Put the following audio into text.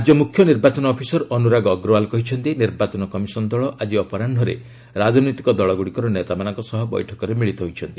ରାଜ୍ୟ ମୁଖ୍ୟ ନିର୍ବାଚନ ଅଫିସର ଅନୁରାଗ ଅଗ୍ରୱାଲ କହିଛନ୍ତି ନିର୍ବାଚନ କମିଶନ ଦଳ ଆଜି ଅପରାହ୍ନରେ ରାଜନୈତିକ ଦଳଗୁଡିକର ନେତାମାନଙ୍କ ସହ ବୈଠକରେ ମିଳିତ ହୋଇଛନ୍ତି